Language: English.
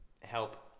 help